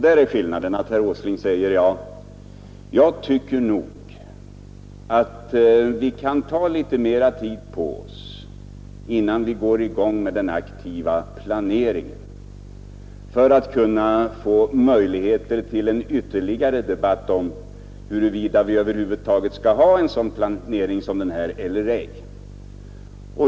Där säger herr Åsling: Jag tycker nog att vi kan ta litet mera tid på oss innan vi sätter i gång med den aktiva planeringen, så att vi kan få möjlighet till en ytterligare debatt om huruvida vi över huvud taget skall ha en sådan planering som denna eller ej.